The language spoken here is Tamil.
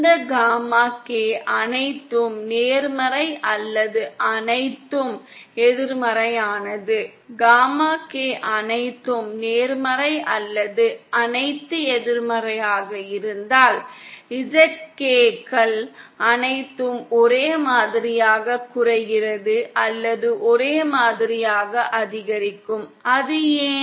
இந்த காமா K அனைத்தும் நேர்மறை அல்லது அனைத்தும் எதிர்மறையானது காமா K அனைத்தும் நேர்மறை அல்லது அனைத்து எதிர்மறையாக இருந்தால் ZK கள் அனைத்தும் ஒரே மாதிரியாக குறைகிறது அல்லது ஒரே மாதிரியாக அதிகரிக்கும் அது ஏன்